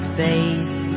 faith